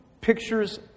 pictures